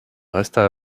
resta